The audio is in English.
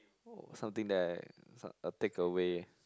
oh something that I some a takeaway